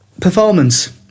performance